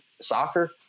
soccer